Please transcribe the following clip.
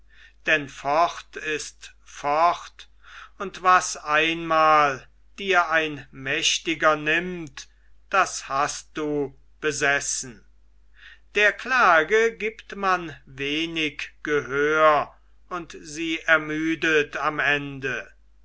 denn fort ist fort und was einmal dir ein mächtiger nimmt das hast du besessen der klage gibt man wenig gehör und sie ermüdet am ende